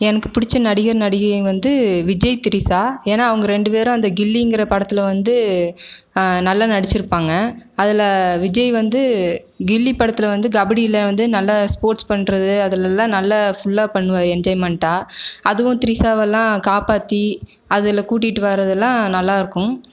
எனக்கு பிடிச்ச நடிகர் நடிகைங்க வந்து விஜய் திரிஷா ஏன்னால் அவங்க ரெண்டுபேரும் அந்த கில்லிங்குற படத்தில் வந்து நல்லா நடிச்சுருப்பாங்க அதில் விஜய் வந்து கில்லி படத்தில் வந்து கபடியில் வந்து நல்ல ஸ்போர்ட்ஸ் பண்ணுறது அதெலலாம் நல்ல ஃபுல்லாக பண்ணுவார் என்ஜாய்மென்ட்டாக அதுவும் திரிஷாவலாம் காப்பாற்றி அதில் கூட்டிகிட்டு வரதுலான் நல்லா இருக்கும்